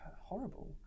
horrible